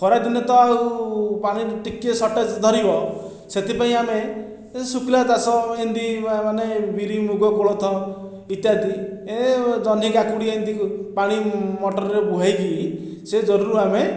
ଖରା ଦିନେ ତ ଆଉ ପାଣି ଟିକିଏ ସର୍ଟେଜ ଧରିବ ସେଥିପାଇଁ ଆମେ ଶୁଖିଲା ଚାଷ ଏମିତି ମାନେ ବିରି ମୁଗ କୋଳଥ ଇତ୍ୟାଦି ଏଁ ଜହ୍ନି କାକୁଡ଼ି ଏମିତି ପାଣି ମଟରରେ ବୁହାଇକି ସେ ଜୋରରୁ ଆମେ